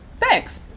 Thanks